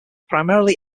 primarily